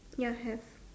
ya have